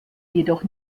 jedoch